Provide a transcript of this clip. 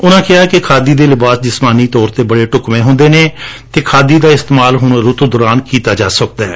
ਉਨੂਾ ਕਿਹਾ ਕਿ ਖਾਦੀ ਦੇ ਲਿਬਾਸ ਜਿਸਮਾਨੀ ਤੌਰ ਤੇ ਬੜੇ ਢੁਕਵੇਂ ਨੇ ਅਤੇ ਖਾਦੀ ਦਾ ਇਸਤੇਮਾਲ ਹਰ ਰੁੱਤ ਦੌਰਾਨ ਕੀਤਾ ਜਾ ਸਕਦਾ ਹੈ